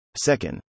second